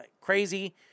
crazy